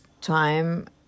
time